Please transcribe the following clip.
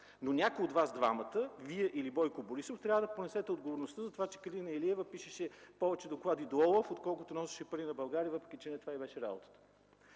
Но някой от Вас двамата – Вие или Бойко Борисов, трябва да понесе отговорността за това, че Калина Илиева пишеше повече доклади до ОЛАФ, отколкото носеше пари на България, въпреки че не това й беше работата.